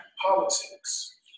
politics